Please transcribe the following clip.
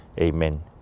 Amen